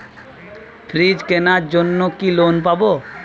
Fridge কেনার জন্য কি লোন পাব?